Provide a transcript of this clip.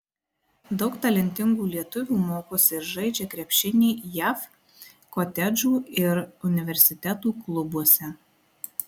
daug talentingų lietuvių mokosi ir žaidžia krepšinį jav kotedžų ir universitetų klubuose